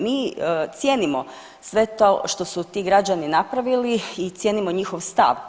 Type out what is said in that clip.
Mi cijenimo sve to što su ti građani napravili i cijenimo njihov stav.